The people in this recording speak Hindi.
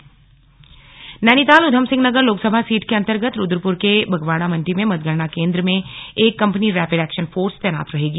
प्रशिक्षण यूएस नगर नैनीताल ऊधमसिंहनगर लोकसभा सीट के अंतर्गत रूद्रपुर के बगवाड़ा मंडी में मतगणना केंद्र में एक कंपनी रैपिड एक्शन फोर्स तैनात रहेगी